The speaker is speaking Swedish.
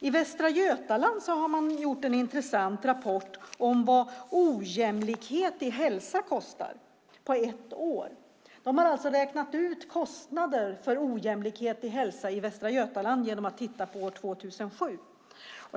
I Västra Götaland har man gjort en intressant rapport om vad ojämlikhet i hälsa kostar på ett år. Man har alltså räknat ut kostnaden för ojämlikhet i hälsa i Västra Götaland genom att titta på år 2007.